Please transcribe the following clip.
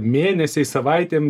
mėnesiais savaitėm